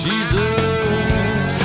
Jesus